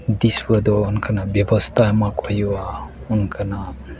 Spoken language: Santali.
ᱫᱤᱥᱩᱣᱟᱹ ᱫᱚ ᱚᱱᱠᱟᱱᱟᱜ ᱵᱮᱵᱚᱥᱛᱷᱟ ᱮᱢᱟᱠᱚ ᱦᱩᱭᱩᱜᱼᱟ ᱚᱱᱠᱟᱱᱟᱜ